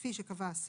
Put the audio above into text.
כפי שקבע השר,